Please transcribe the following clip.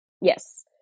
Yes